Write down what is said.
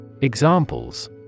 Examples